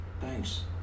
Thanks